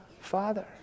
Father